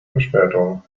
verspätung